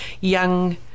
young